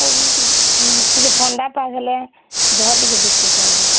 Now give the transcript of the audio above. ଟିକେ ଥଣ୍ଡା ପାଗ୍ ହେଲେ ଦେହ ଟିକେ ଦୁଖଉଛେ ଆଜ୍ଞା